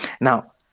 Now